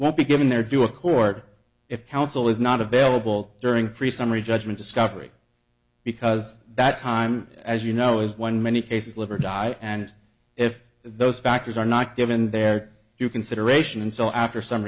won't be given their due a court if counsel is not available during three summary judgment discovery because that time as you know is one many cases live or die and if those factors are not given there you consideration and so after s